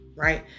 right